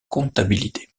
comptabilité